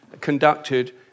conducted